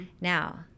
Now